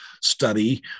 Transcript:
study